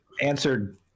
answered